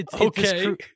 okay